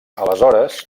aleshores